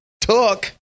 took